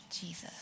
Jesus